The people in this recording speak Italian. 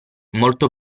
molto